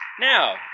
Now